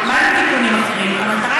אם את אומרת: אנחנו נחפש שורות או תיקונים אחרים,